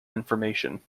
information